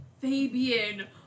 Fabian